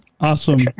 Awesome